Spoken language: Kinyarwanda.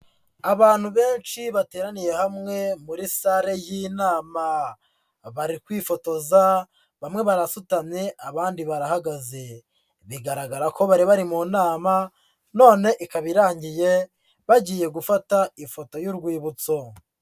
Abantu benshi bateraniye hamwe muri sale y'inama, bari kwifotoza, bamwe barasutamye, abandi barahagaze, bigaragara ko bari bari mu nama, none ikaba irangiye, bagiye gufata ifoto y'urwibutso.